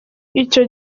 icyo